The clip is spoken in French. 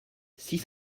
six